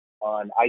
on